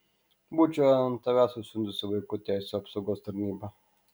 būčiau ant tavęs užsiundžiusi vaikų teisių apsaugos tarnybą